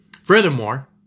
Furthermore